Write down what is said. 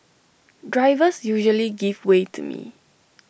drivers usually give way to me